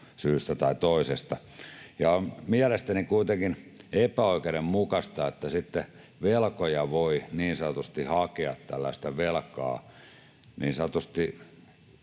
syystä tai toisesta. Mielestäni on kuitenkin epäoikeudenmukaista, että sitten velkoja voi hakea tällaista velkaa niin sanotusti